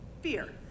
fear